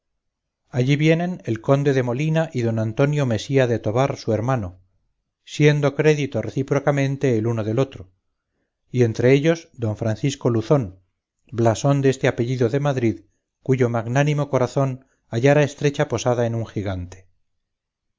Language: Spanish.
allí vienen el conde de molina y don antonio mesía de tobar su hermano siendo crédito recíprocamente el uno del otro y entre ellos don francisco luzón blasón deste apellido en madrid cuyo magnánimo corazón hallara estrecha posada en un gigante